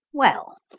well,